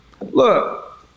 Look